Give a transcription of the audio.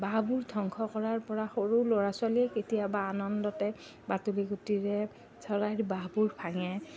বাঁহবোৰ ধ্বংস কৰাৰপৰা সৰু ল'ৰা ছোৱালীয়ে কেতিয়াবা আনন্দতে বাতুলি গুটিৰে চৰাইৰ বাঁহবোৰ ভাঙে